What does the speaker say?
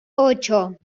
ocho